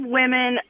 women